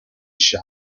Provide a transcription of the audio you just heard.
shop